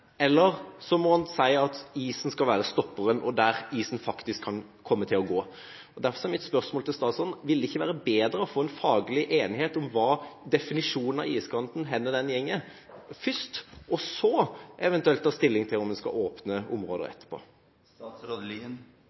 eller så må en si at isen skal være stopperen der isen faktisk kan komme til å gå. Derfor er mitt spørsmål til statsråden: Ville det ikke være bedre å få en faglig enighet om definisjonen på hvor iskanten går først, og så eventuelt ta stilling til om en skal åpne områder